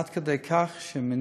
הקפדתי השנה, עד כדי כך שמיניתי